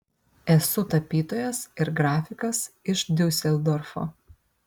esu tapytojas ir grafikas iš diuseldorfo